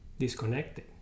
Disconnected